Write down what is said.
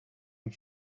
and